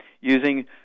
using